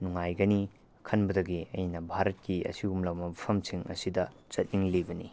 ꯅꯨꯡꯉꯥꯏꯒꯅꯤ ꯈꯟꯕꯗꯒꯤ ꯑꯩꯅ ꯚꯥꯔꯠꯀꯤ ꯑꯁꯤꯒꯨꯝꯂꯕ ꯃꯐꯝꯁꯤꯡ ꯑꯁꯤꯗ ꯆꯠꯅꯤꯡꯂꯤꯕꯅꯤ